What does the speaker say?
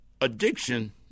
Addiction